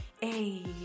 Hey